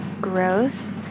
Gross